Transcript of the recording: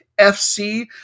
FC